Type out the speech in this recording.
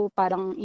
parang